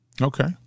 Okay